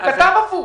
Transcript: הוא כתב הפוך.